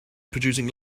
producing